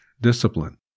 discipline